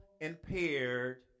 impaired